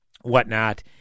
whatnot